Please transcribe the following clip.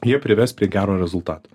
jie prives prie gero rezultato